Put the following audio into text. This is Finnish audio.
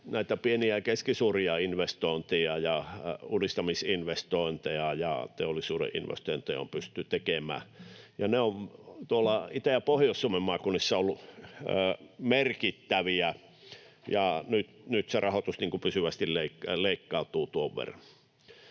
pieniä ja keskisuuria investointeja ja uudistamisinvestointeja ja teollisuuden investointeja on pystytty tekemään, ja ne ovat Itä- ja Pohjois-Suomen maakunnissa olleet merkittäviä, ja nyt se rahoitus pysyvästi leikkautuu tuon verran.